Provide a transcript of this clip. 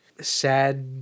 sad